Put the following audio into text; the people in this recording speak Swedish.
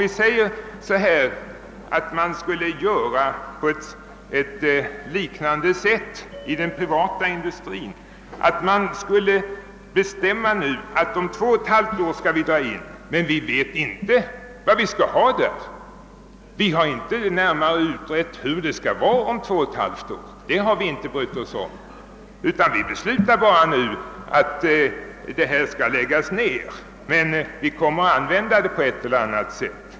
Antag att man skulle göra på liknande sätt i den privata industrin, att man nu skulle bestämma att vi skall dra in om två och ett halvt år men att vi inte vet vad vi då skall ha där i stället. Det har vi inte brytt oss om! Vi beslutar nu bara att verksamheten skall läggas ned. Men verkstäderna kommer att användas på ett eller annat sätt.